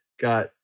got